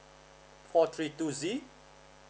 four three two Z